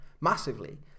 massively